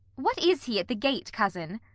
what is he at the gate, cousin?